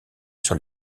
sur